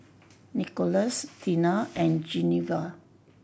Nickolas Teena and Geneva